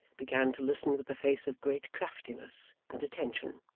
began to listen with a face of great craftiness and attention.